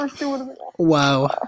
Wow